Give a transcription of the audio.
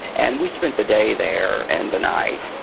and we spent the day there, and the night,